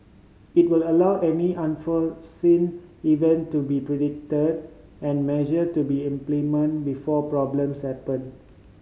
it will allow any unforeseen event to be predicted and measure to be implemented before problems happen